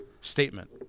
statement